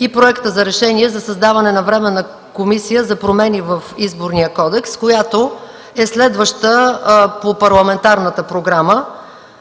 и Проект за решение за създаване на Временна комисия за промени в Изборния кодекс, която е следваща по парламентарната програма.